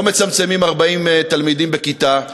לא מצמצמים 40 תלמידים בכיתה,